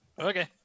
Okay